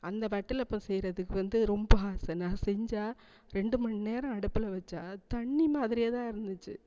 அந்த வட்டலப்பம் செய்கிறதுக்கு வந்து ரொம்ப ஆசை நான் செஞ்சால் ரெண்டு மணி நேரம் அடுப்பில் வெச்சால் தண்ணி மாதிரியேதான் இருந்துச்சு